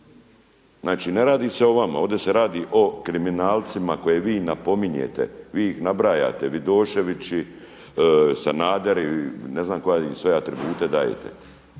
Znači ne radi se o vama, ovdje se radi o kriminalcima koje vi napominjete, vi ih nabrajate, Vidoševići, Sanaderi, ne znam koje im sve atribute dajte.